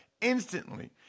instantly